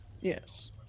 Yes